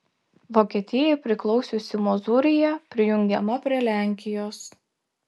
vokietijai priklausiusi mozūrija prijungiama prie lenkijos